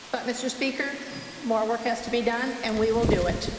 but mr. speaker more work has to be done and we will do it.